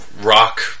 rock